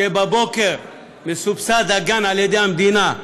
שבבוקר מסובסדים על ידי המדינה,